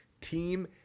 team